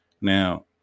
Now